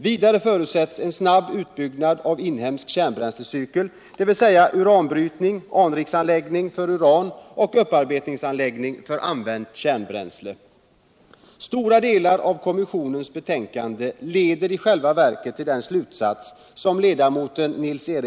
Vidare förutsätts en snabb utbyggnad av en inhemsk kärnbränslecykel, dvs. uranbrytning. anrikningsanläggning för uran och upparbetningsanläggning för använt kärnbränsle.